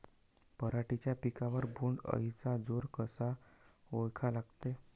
पराटीच्या पिकावर बोण्ड अळीचा जोर कसा ओळखा लागते?